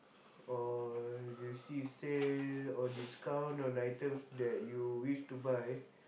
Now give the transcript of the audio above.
or you see sale or discount on items that you wish to buy